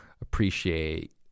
appreciate